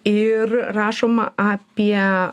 ir rašoma apie